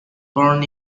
born